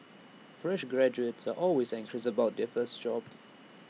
fresh graduates are always anxious about their first job